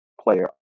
player